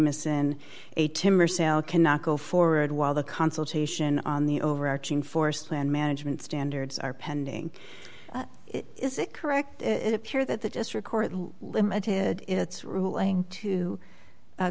jamieson a timber sale cannot go forward while the consultation on the overarching forest land management standards are pending is it correct appear that the district court limited its ruling to